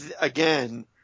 again